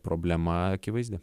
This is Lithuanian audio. problema akivaizdi